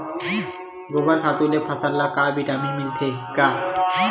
गोबर खातु ले फसल ल का विटामिन मिलथे का?